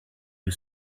you